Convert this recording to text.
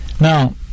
Now